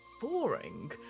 boring